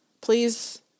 please